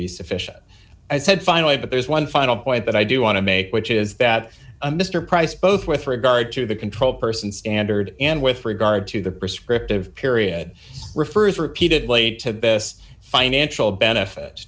be sufficient i said finally but there's one final point that i do want to make which is that a mr price both with regard to the control person standard and with regard to the prescriptive period refers repeatedly to best financial benefit